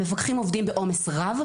המפקחים עובדים בעומס רב,